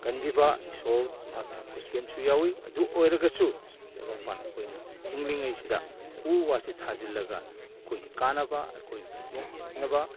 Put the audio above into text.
ꯀꯟꯕꯤꯕ ꯏꯁꯣꯔ ꯃꯍꯥꯛꯀꯤ ꯈꯨꯁꯦꯝꯁꯨ ꯌꯥꯎꯋꯤ ꯑꯗꯨ ꯑꯣꯏꯔꯒꯁꯨ ꯇꯥꯏꯕꯪꯄꯥꯟ ꯑꯩꯈꯣꯏꯅ ꯍꯤꯡꯂꯤꯉꯩꯁꯤꯗ ꯎ ꯋꯥꯁꯦ ꯊꯥꯖꯤꯟꯂꯒ ꯑꯩꯈꯣꯏꯒꯤ ꯀꯥꯅꯕ ꯑꯩꯈꯣꯏꯕꯨ ꯌꯣꯛꯄꯤꯅꯕ